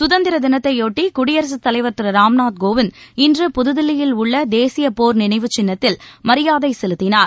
சுதந்திர தினத்தையொட்டி குடியரசுத் தலைவர் திரு ராம்நாத் கோவிந்த் இன்று புதுதில்லியில் உள்ள தேசிய போர் நினைவுசின்னத்தில் மரியாதை செலுத்தினார்